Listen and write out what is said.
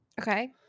Okay